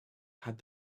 had